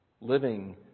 living